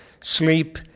sleep